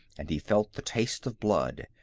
and he felt the taste of blood.